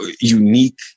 unique